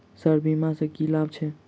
Sir बीमा सँ की लाभ छैय?